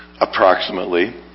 approximately